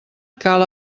cal